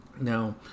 Now